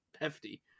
hefty